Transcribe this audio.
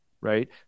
Right